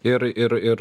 ir ir ir